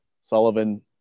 Sullivan